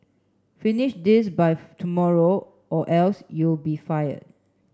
finish this by tomorrow or else you'll be fired